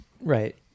right